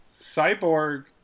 Cyborg